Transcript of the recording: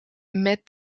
met